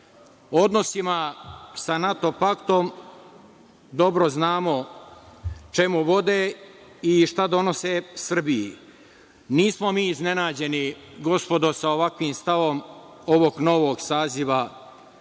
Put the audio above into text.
Odnosima sa NATO Paktom, dobro znamo čemu vode i šta donose Srbiji. nismo mi iznenađeni gospodo, sa ovakvim stavom ovog novog saziva.